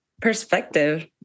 perspective